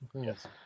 Yes